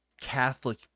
Catholic